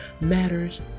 matters